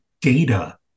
data